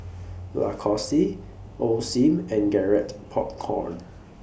Lacoste Osim and Garrett Popcorn